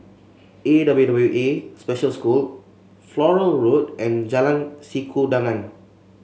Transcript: A W W A Special School Flora Road and Jalan Sikudangan